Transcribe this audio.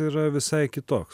yra visai kitoks